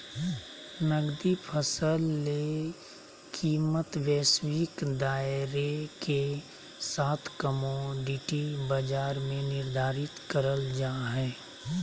नकदी फसल ले कीमतवैश्विक दायरेके साथकमोडिटी बाजार में निर्धारित करल जा हइ